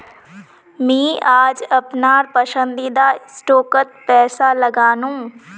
मी आज अपनार पसंदीदा स्टॉकत पैसा लगानु